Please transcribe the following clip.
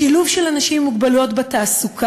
שילוב של אנשים עם מוגבלויות בתעסוקה,